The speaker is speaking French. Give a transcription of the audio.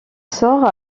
sort